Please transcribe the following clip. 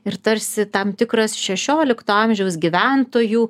ir tarsi tam tikras šešiolikto amžiaus gyventojų